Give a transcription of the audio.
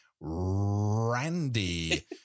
randy